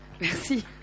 merci